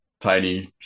tiny